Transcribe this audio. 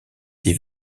des